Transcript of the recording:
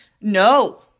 No